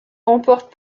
remporte